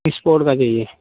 sport का चाहिए